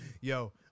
Yo